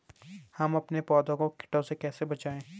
हम अपने पौधों को कीटों से कैसे बचाएं?